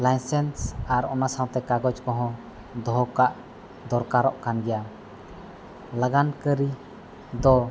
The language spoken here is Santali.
ᱟᱨ ᱚᱱᱟ ᱥᱟᱶᱛᱮ ᱠᱟᱜᱚᱡᱽ ᱠᱚᱦᱚᱸ ᱫᱚᱦᱚ ᱠᱟᱜ ᱫᱚᱨᱠᱟᱨᱚᱜ ᱠᱟᱱ ᱜᱮᱭᱟ ᱞᱟᱜᱟᱱ ᱠᱟᱹᱨᱤ ᱫᱚ